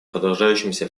продолжающимся